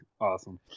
Awesome